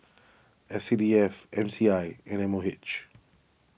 S C D F M C I and M O H